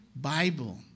Bible